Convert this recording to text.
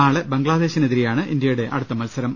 നാളെ ബംഗ്ലാദേശിനെതിരെയാണ് ഇന്ത്യയുടെ അടുത്ത മത്സരം